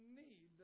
need